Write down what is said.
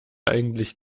eigentlich